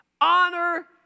honor